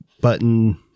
button